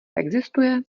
existuje